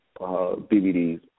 DVDs